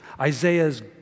Isaiah's